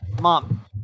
mom